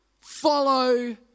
follow